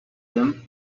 them